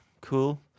Cool